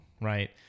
right